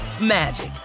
magic